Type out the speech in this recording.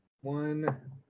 One